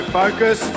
focus